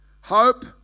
hope